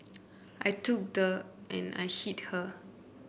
I took the and I hit her